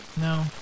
No